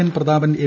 N Prathapan M